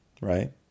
right